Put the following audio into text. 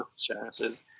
chances